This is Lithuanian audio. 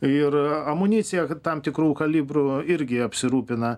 ir amunicija tam tikrų kalibrų irgi apsirūpina